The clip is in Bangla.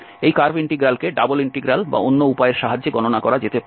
এই কার্ভ ইন্টিগ্রালকে এই ডাবল ইন্টিগ্রাল বা অন্য উপায়ের সাহায্যে গণনা করা যেতে পারে